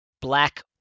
black